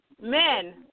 men